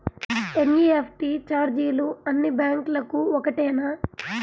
NEFT ఛార్జీలు అన్నీ బ్యాంక్లకూ ఒకటేనా?